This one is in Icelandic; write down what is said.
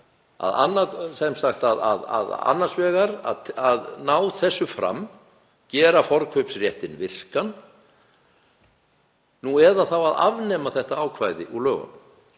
er annaðhvort að ná þessu fram, gera forkaupsréttinn virkan eða þá að afnema þetta ákvæði úr lögunum,